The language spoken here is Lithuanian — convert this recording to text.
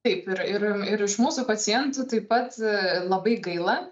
taip ir ir ir iš mūsų pacientų taip pat labai gaila